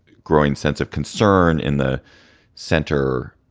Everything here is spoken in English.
growing sense of concern in the center.